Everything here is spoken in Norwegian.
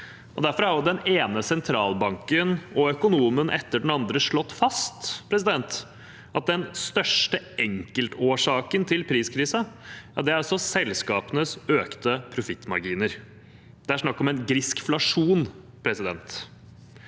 Derfor har også den ene sentralbanken og økonomen etter den andre slått fast at den største enkeltårsaken til priskrisen er selskapenes økte profittmarginer. Det er snakk om en «griskflasjon». Den